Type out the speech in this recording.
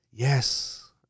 Yes